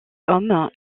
hommes